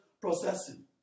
processing